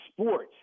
sports